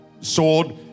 sword